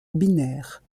binaire